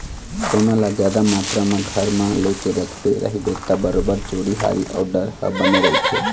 सोना ल जादा मातरा म घर म लेके रखे रहिबे ता बरोबर चोरी हारी अउ डर ह बने रहिथे